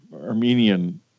Armenian